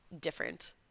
different